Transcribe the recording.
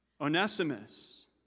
Onesimus